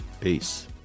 Peace